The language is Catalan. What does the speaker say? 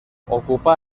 ocupà